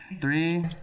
Three